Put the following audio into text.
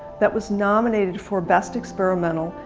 that was nominated for best experimental,